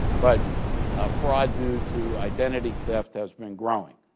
but fraud due to identity theft has been growing.